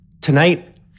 Tonight